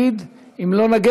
אם לא נקפיד,